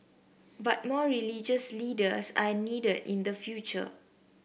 but more religious leaders are needed in the future